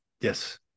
Yes